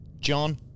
John